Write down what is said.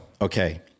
okay